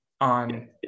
On